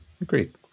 Agreed